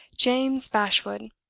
james bashwood.